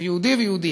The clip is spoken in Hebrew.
ויהודי ויהודייה.